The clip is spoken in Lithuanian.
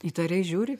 įtariai žiūri